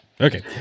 Okay